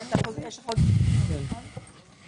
יש לכם הסתייגויות על דיווח מקוון?